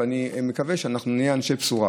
ואני מקווה שאנחנו נהיה אנשי בשורה.